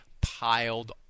piled